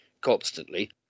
constantly